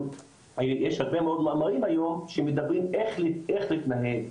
יש הרבה מאוד מאמרים היום שמדברים איך להתנהג,